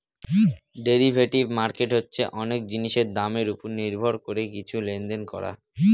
derivative market হচ্ছে অনেক জিনিসের দামের ওপর নির্ভর করে কিছু লেনদেন করা